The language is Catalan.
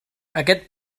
aquest